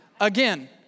again